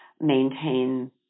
maintain